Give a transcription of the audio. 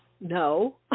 No